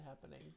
happening